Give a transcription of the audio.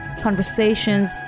conversations